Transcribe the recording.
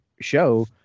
show